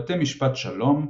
בתי משפט שלום,